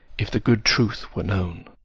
if the good truth were known.